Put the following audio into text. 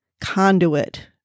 conduit